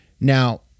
Now